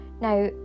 Now